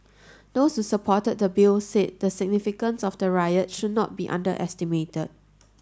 those who supported the Bill said the significance of the riot should not be underestimated